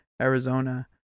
Arizona